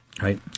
Right